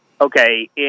okay